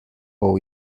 all